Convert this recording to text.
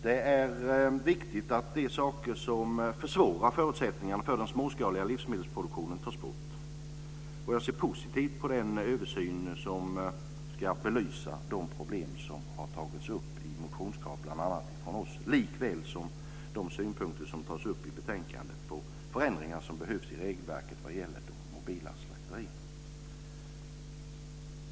Det är viktigt att de saker som försvårar förutsättningarna för den småskaliga livsmedelsproduktionen tas bort. Jag ser positivt på den översyn som ska belysa de problem som har tagits upp i motionskrav bl.a. från oss samt de synpunkter som tas upp i betänkandet på förändringar som behövs i regelverket vad gäller de mobila slakterierna.